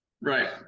Right